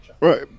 Right